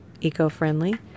eco-friendly